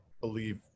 believe